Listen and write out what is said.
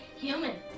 human